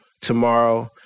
tomorrow